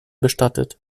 bestattet